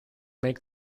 make